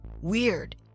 Weird